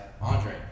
Andre